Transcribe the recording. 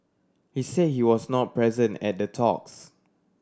he said he was not present at the talks